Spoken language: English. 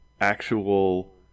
actual